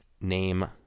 name